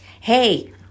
hey